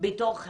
בתוך הקהילה,